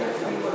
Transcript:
איך יצביעו?